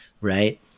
Right